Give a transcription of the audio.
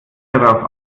darauf